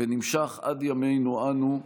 ונמשך עד ימינו אנו,